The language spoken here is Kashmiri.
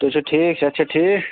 تُہۍ چھِو ٹھیٖک صحت چھا ٹھیٖک